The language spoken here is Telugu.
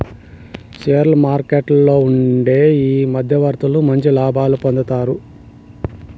షేర్ల మార్కెట్లలో ఉండే ఈ మధ్యవర్తులు మంచి లాభం పొందుతారు